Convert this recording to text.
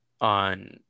on